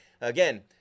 Again